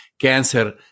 cancer